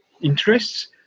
interests